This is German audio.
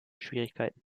schwierigkeiten